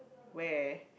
where